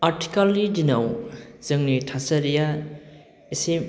आथिखालनि दिनाव जोंनि थासारिया एसे